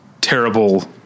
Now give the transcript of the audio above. terrible